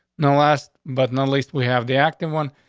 no. last but not least, we have the acting one,